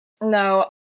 No